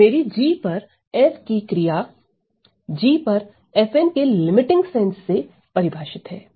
तो मेरी g पर f की क्रिया g पर के लिमिटिंग सेन्स से परिभाषित है